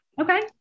Okay